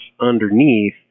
underneath